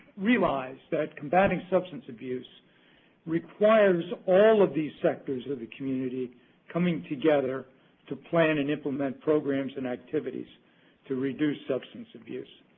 realized that combating substance abuse requires all of these sectors of the community coming together to plan and implement programs and activities to reduce substance abuse.